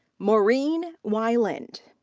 maureen wieland.